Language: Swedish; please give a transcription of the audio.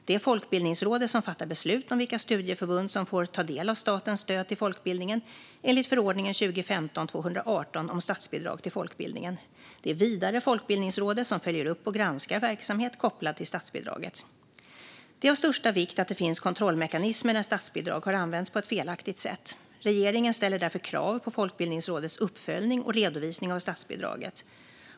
Det är Folkbildningsrådet som fattar beslut om vilka studieförbund som får ta del av statens stöd till folkbildningen enligt förordningen om statsbidrag till folkbildningen. Det är vidare Folkbildningsrådet som följer upp och granskar verksamhet kopplad till statsbidraget. Det är av största vikt att det finns kontrollmekanismer när statsbidrag har använts på ett felaktigt sätt. Regeringen ställer därför krav på Folkbildningsrådets uppföljning och redovisning av statsbidraget.